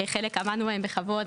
בחלק עמדנו בהם בכבוד,